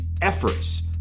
efforts